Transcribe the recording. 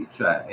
Cioè